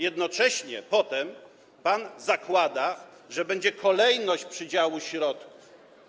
Jednocześnie pan zakłada, że będzie kolejność przydziału środków.